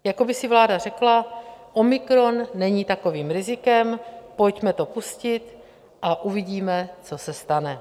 Jako by si vláda řekla: omikron není takovým rizikem, pojďme to pustit a uvidíme, co se stane.